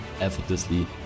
effortlessly